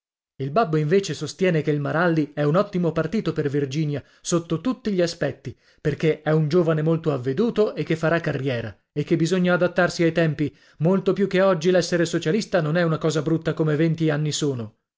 il babbo invece sostiene che il maralli è un ottimo partito per virginia sotto tutti gli aspetti perché è un giovane molto avveduto e che farà carriera e che bisogna adattarsi ai tempi molto più che oggi l'essere socialista non è una cosa brutta come venti anni sono